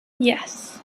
yes